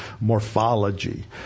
morphology